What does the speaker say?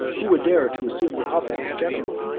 who would dare to assume the office of general?